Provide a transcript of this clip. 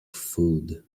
food